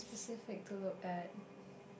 specific to look at